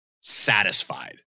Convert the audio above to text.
satisfied